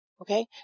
Okay